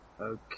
Okay